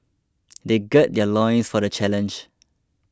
they gird their loins for the challenge